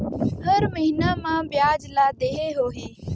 हर महीना मा ब्याज ला देहे होही?